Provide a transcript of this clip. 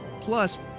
plus